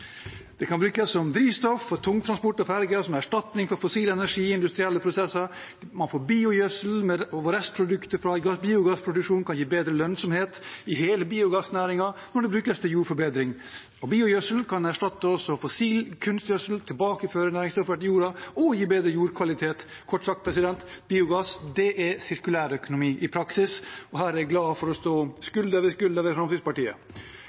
Det kan brukes som drivstoff for tungtransport og ferger, som erstatning for fossil energi i industrielle prosesser, man får biogjødsel, restprodukter fra biogassproduksjonen kan gi bedre lønnsomhet i hele biogassnæringen når det brukes til jordforbedring, og biogjødsel kan også erstatte fossil kunstgjødsel, tilbakeføre næringsstoffer til jorda og gi bedre jordkvalitet. Kort sagt: Biogass er sirkulærøkonomi i praksis, og her er jeg glad for å stå skulder ved skulder med Fremskrittspartiet.